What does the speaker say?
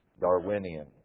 Darwinian